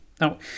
Now